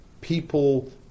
people